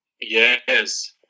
Yes